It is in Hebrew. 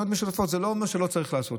זה לא אומר שלא צריך לעשות,